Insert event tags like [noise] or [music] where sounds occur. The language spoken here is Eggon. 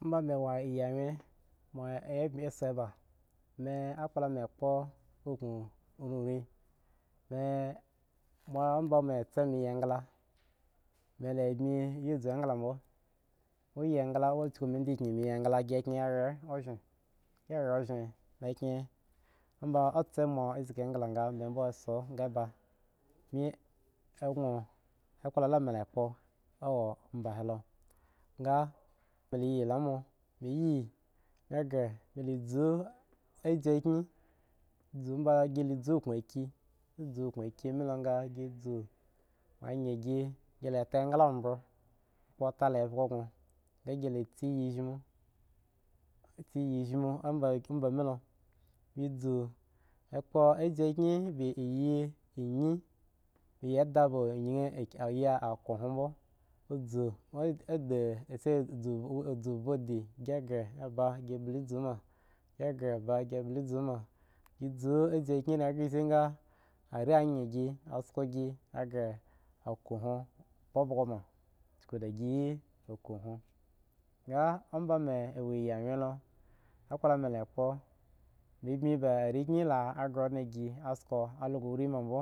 Ambe ambe wo iyeayen [unintelligible] aykpla mu kpo aku oreri amba ma sa yi engle mila bmi zo engla mi engla mi kul mi degin mi kyen ren ozge hire oszgi mi kyen amba mo san shgi engla ga mi son ga mu ba akpla be mi la kpo mi gre mi zo a sh fyen gi la zo onku a ki zo ki mi la ge mo yen gi ta engla above gi kpo anti fyen ba yi anyen amba ammi helo gi ga be gi bi zoma gi zo ashyi fyen gishi ga ren yi gi a sko gi a gre ako hwo babago ban kule ggi yi ako hwo ge amba wudawye lo gakpla mi la kpo mi bime areo kye ga onde bme ba yek owori ma bmo